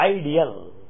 ideal